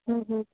হু হু